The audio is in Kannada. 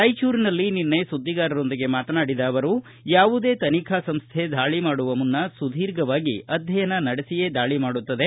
ರಾಯಚೂರಿನಲ್ಲಿ ನಿನ್ನೆ ಸುದ್ವಿಗಾರರೊಂದಿಗೆ ಮಾತನಾಡಿದ ಅವರು ಯಾವುದೇ ತನಿಖಾ ಸಂಸ್ವೆ ದಾಳಿ ಮಾಡುವ ಮುನ್ನ ಸುದೀರ್ಘವಾಗಿ ಅಧ್ಯಯನ ನಡೆಸಿಯೇ ದಾಳಿ ಮಾಡುತ್ತದೆ